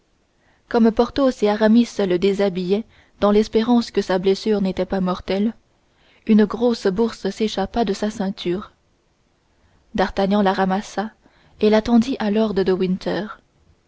comme porthos et aramis le déshabillaient dans l'espérance que sa blessure n'était pas mortelle une grosse bourse s'échappa de sa ceinture d'artagnan la ramassa et la tendit à lord de